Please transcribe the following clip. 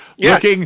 Yes